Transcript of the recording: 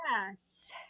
Yes